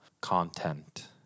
content